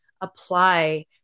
apply